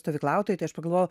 stovyklautojai tai aš pagalvojau